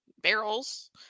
barrels